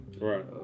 right